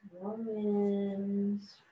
Romans